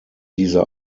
dieser